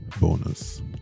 bonus